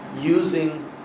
using